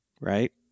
Right